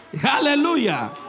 Hallelujah